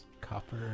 Copper